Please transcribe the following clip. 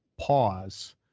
pause